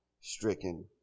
stricken